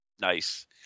Nice